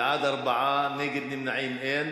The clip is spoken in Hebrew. בעד, 4, נגד, נמנעים, אין.